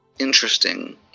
interesting